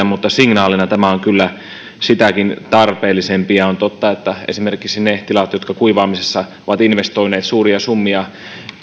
mutta signaalina tämä on kyllä sitäkin tarpeellisempi on totta että esimerkiksi nekään tilat jotka kuivaamisessa ovat investoineet suuria summia